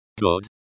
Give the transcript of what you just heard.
Good